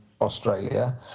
Australia